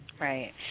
Right